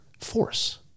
force